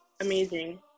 amazing